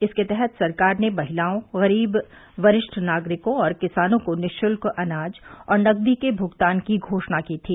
इसके तहत सरकार ने महिलाओं गरीब वरिष्ठ नागरिकों और किसानों को निःशुल्क अनाज और नकदी के भुगतान की घोषणा की थी